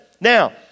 Now